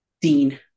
Dean